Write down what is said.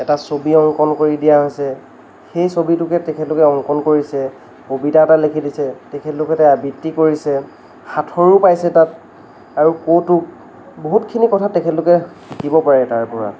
এটা ছবি অংকণ কৰি দিয়া হৈছে সেই ছবিটোকে তেখেতসকলে অংকণ কৰিছে কবিতা এটা লেখি দিছে তেখেতলোকে আবৃত্তি কৰিছে সাথঁৰো পাইছে তাত আৰু কৌতুক বহুতখিনি কথা তেখেতলোকে শিকিব পাৰে তাৰ পৰা